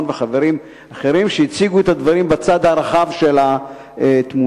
וחברים אחרים שהציגו את הדברים בצד הרחב של התמונה.